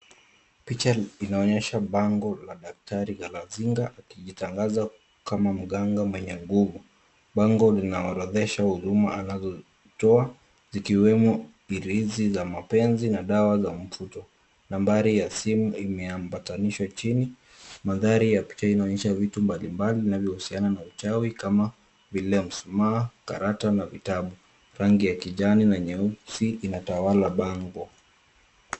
Picha linaonyesha bango la daktari Galazinga, akijitangaza kama Mganga Mwenye nguvu. Bango linaorodhesha huduma anazozitoa. Zikiwemo hirizi za mapenzi na dawa za mvuto. Nambari ya simu imeambatanishwa chini. Maandhari ya picha inaonyesha vitu mbali mbali vinavyousiana na uchawi kama vile msumaa, karata na vitabu. Rangi ya kijani na nyeusi inatawala bango.